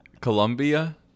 Colombia